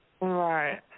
right